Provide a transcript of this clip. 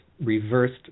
reversed